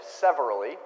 severally